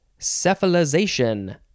cephalization